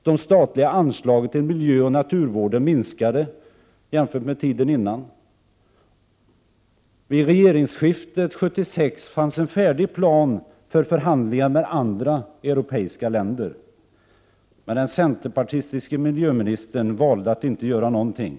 De statliga anslagen till miljöoch naturvården minskade jämfört med tiden innan. Vid regeringsskiftet 1976 fanns en färdig plan för förhandlingar med andra europeiska länder. Men den centerpartistiske miljöministern valde att inte göra någonting.